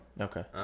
Okay